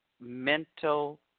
Mental